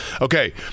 Okay